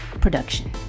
production